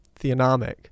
theonomic